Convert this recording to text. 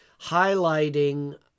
highlighting